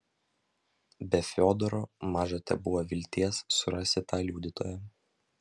be fiodoro maža tebuvo vilties surasti tą liudytoją